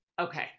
Okay